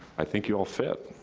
i think you all fit.